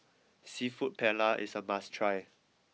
Seafood Paella is a must try